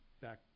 back